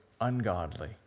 ungodly